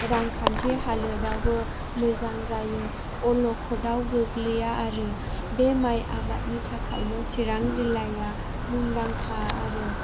रांखान्थि हालोदावबो मोजां जायो अलखदाव गोग्लैया आरो बे माइ आबादनि थाखायनो चिरां जिल्लाया मुंदांखा आरो